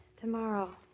Tomorrow